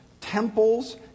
temples